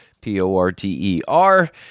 P-O-R-T-E-R